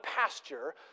pasture